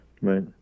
Right